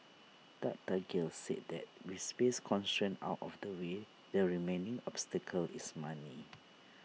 doctor gill said that with space constraints out of the way the remaining obstacle is money